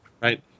right